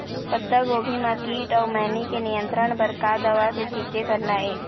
पत्तागोभी म कीट अऊ मैनी के नियंत्रण बर का दवा के छींचे करना ये?